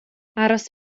aros